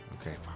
Okay